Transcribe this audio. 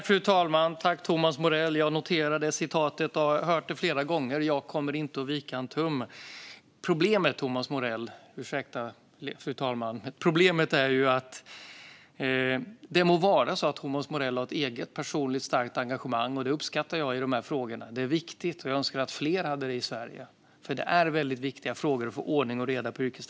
Fru talman! Tack, Thomas Morell! Jag noterade citatet och har hört det flera gånger: "Jag kommer inte att vika en tum." Det må vara så att Thomas Morell har ett eget, personligt starkt engagemang i de här frågorna, och det uppskattar jag. Det är viktigt, och jag önskar att fler i Sverige hade det. Att få ordning och reda i yrkestrafiken är en väldigt viktig fråga.